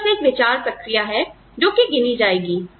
यह बस एक विचार प्रक्रिया है जो कि गिनी जाएगी